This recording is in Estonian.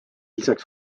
lisaks